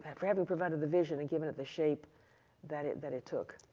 and for having provided the vision and given it the shape that it that it took.